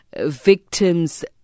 victim's